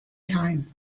time